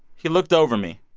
he looked over me,